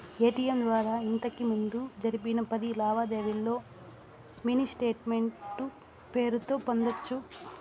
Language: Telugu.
ఎటిఎం ద్వారా ఇంతకిముందు జరిపిన పది లావాదేవీల్లో మినీ స్టేట్మెంటు పేరుతో పొందొచ్చు